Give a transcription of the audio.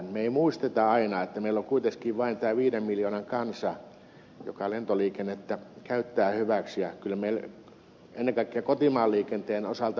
me emme muista aina että meillä on kuitenkin vain tämä viiden miljoonan kansa joka lentoliikennettä käyttää hyväksi ennen kaikkea kotimaanliikenteen osalta